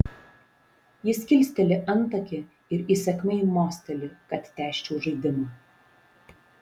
jis kilsteli antakį ir įsakmiai mosteli kad tęsčiau žaidimą